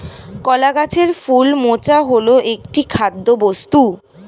কলা গাছের ফুল মোচা হল একটি খাদ্যবস্তু